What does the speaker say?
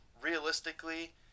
realistically